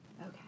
Okay